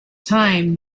time